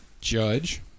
judge